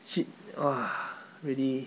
shit !wah! really